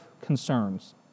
concerns